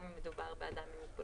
גם אם מדובר באדם עם מוגבלות.